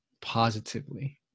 positively